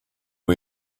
are